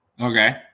okay